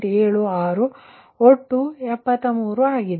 76ಮತ್ತು ಒಟ್ಟು 73 ಆಗಿದೆ